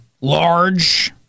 large